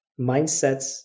mindsets